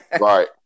right